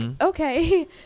okay